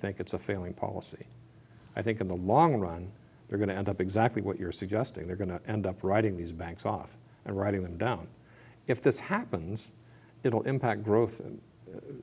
think it's a failing policy i think in the long run they're going to end up exactly what you're suggesting they're going to end up writing these banks off and writing them down if this happens it will impact growth